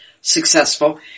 successful